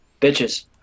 Bitches